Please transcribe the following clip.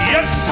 Yes